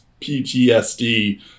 PTSD